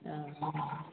अऽ